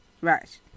Right